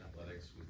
athletics